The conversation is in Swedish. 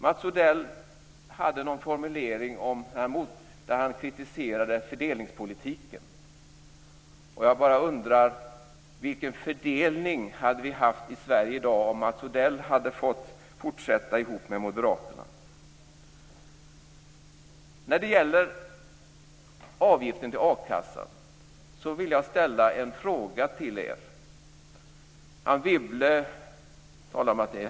Mats Odell hade en formulering där han kritiserade fördelningspolitiken. Jag undrar vilken fördelning det hade varit i dag i Sverige om Mats Odell hade fått fortsätta ihop med Moderaterna. Jag vill ställa några frågor till er om avgiften till akassan.